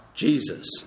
Jesus